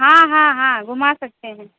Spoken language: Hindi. हाँ हाँ हाँ घुमा सकते हैं